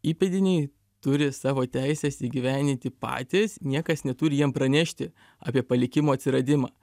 įpėdiniai turi savo teises įgyvendinti patys niekas neturi jiem pranešti apie palikimo atsiradimą